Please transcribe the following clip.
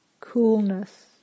coolness